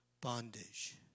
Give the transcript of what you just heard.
bondage